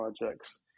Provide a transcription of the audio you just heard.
projects